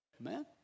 Amen